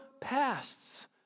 pasts